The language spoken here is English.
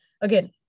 Again